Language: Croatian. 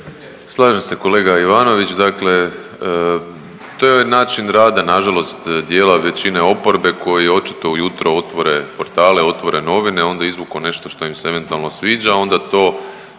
Slažem se kolega Ivanović, dakle to je način rada nažalost dijela većine oporbe koji očito ujutro otvore portale, otvore novine onda izvuku nešto što im se eventualno sviđa onda to,